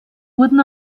wurden